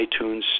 iTunes